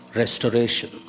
restoration